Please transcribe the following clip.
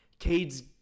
Cade's